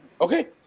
Okay